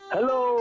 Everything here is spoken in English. Hello